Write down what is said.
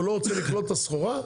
הוא לא רוצה לקלוט את הסחורה?